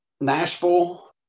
Nashville